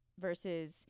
Versus